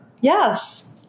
Yes